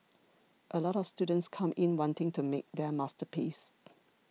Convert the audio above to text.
a lot of students come in wanting to make their masterpiece